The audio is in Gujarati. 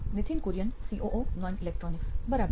નિથિન કુરિયન સીઓઓ નોઇન ઇલેક્ટ્રોનિક્સ બરાબર